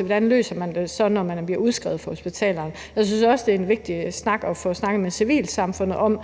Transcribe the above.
hvordan man så løser det, når man bliver udskrevet fra hospitalet. Jeg synes også, det er vigtigt at få snakket med civilsamfundet om,